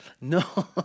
No